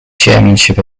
chairmanship